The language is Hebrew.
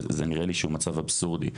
ונראה לי שהוא מצב אבסורדי,